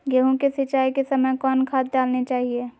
गेंहू के सिंचाई के समय कौन खाद डालनी चाइये?